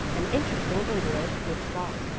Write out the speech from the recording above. an interesting invalid, with scars,